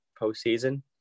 postseason